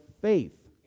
faith